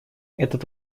этот